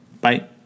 Bye